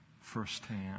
firsthand